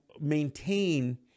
maintain